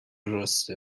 راسته